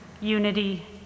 unity